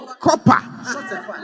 copper